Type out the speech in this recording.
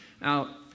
Now